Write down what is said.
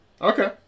Okay